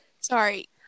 Sorry